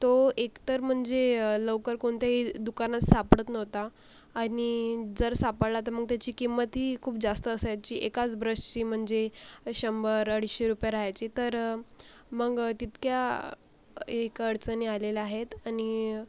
तो एकतर म्हणजे लवकर कोणत्याही दुकानात सापडत नव्हता आणि जर सापडला तर मग त्याची किंमतही खूप जास्त असायची एकाच ब्रशची म्हणजे शंभर अडीचशे रुपये रहायची तर मग तितक्या एक अडचणी आलेल्या आहेत आणि